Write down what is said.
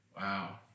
Wow